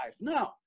No